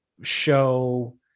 show